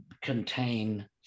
contain